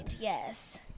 Yes